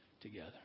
together